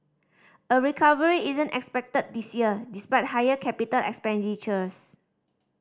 a recovery isn't expected this year despite higher capital expenditures